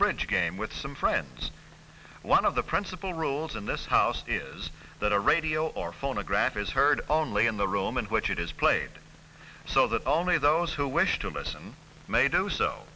bridge game with some friends one of the principle rules in this house is that a radio or phonograph is heard only in the room in which it is played so that only those who wish to listen may do so